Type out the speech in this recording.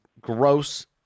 gross